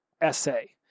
essay